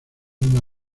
una